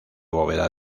bóveda